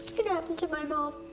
gonna happen to my mom?